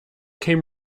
came